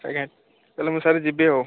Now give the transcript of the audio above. ଆଜ୍ଞା ତାହେଲେ ସାର୍ ମୁଁ ଯିବି ଆଉ